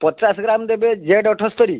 ପଚାଶ ଗ୍ରାମ୍ ଦେବେ ଜେଡ଼ ଅଠସ୍ତରୀ